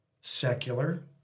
secular